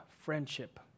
Friendship